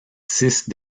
six